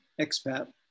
expat